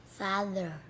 father